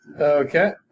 Okay